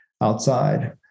outside